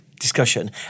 Discussion